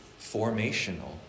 formational